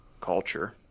culture